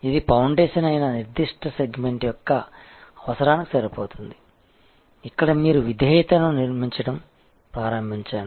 ఇది ఫౌండేషన్ అయిన నిర్దిష్ట సెగ్మెంట్ యొక్క అవసరానికి సరిపోతుంది ఇక్కడ మీరు విధేయతను నిర్మించడం ప్రారంభించండి